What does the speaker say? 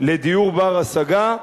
לדיור בר-השגה.